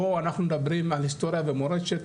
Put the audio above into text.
פה אנחנו מדברים על היסטוריה ומורשת,